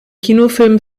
kinofilm